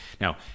Now